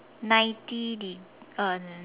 ninety de~ uh